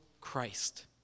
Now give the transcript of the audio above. Christ